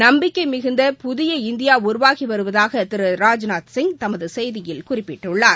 நம்பிக்கை மிகுந்த புதிய இந்தியா உருவாகி வருவதாக திரு ராஜ்நாத்சிங் தமது செய்தியில் குறிப்பிட்டுள்ளார்